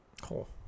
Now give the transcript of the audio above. Cool